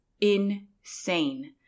insane